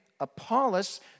Apollos